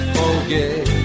forget